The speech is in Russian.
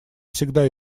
всегда